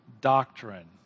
doctrine